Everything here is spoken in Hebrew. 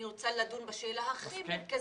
אני רוצה לדון בשאלה הכי מרכזית,